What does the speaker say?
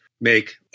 Make